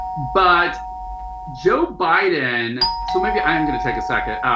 but joe biden so maybe i am going to take a second.